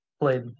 played